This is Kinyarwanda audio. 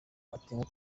atanga